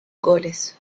goles